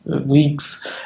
weeks